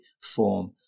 form